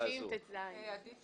סעיף 330טז. עדיף